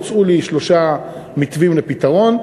הוצעו לי שלושה מתווים לפתרון.